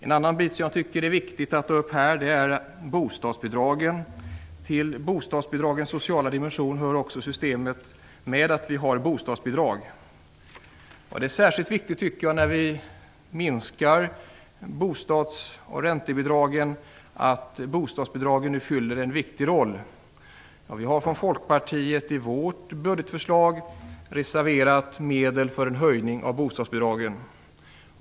En annan fråga som jag tycker är viktig att ta upp här är bostadsbidragen. Till bostadspolitikens sociala dimension hör också systemet med bostadsbidrag. Det är särskilt viktigt när vi nu minskar bostads och räntebidragen. Bostadsbidragen fyller en viktig roll. Vi i Folkpartiet har i vårt budgetförslag reserverat medel för en höjning av bostadsbidragen.